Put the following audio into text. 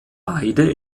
beide